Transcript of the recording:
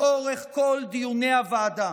לאורך כל דיוני הוועדה